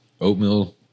oatmeal